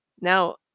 Now